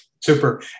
Super